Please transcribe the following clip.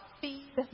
feed